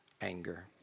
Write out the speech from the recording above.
anger